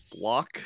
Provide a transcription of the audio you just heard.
block